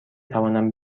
توانم